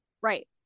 right